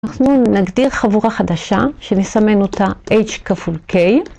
אנחנו נגדיר חבורה חדשה שנסמן אותה h כפול k.